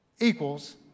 equals